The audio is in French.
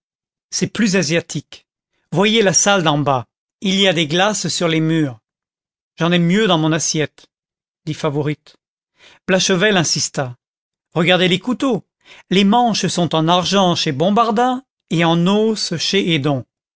c'est plus asiatique voyez la salle d'en bas il y a des glaces sur les murs j'en aime mieux dans mon assiette dit favourite blachevelle insista regardez les couteaux les manches sont en argent chez bombarda et en os chez edon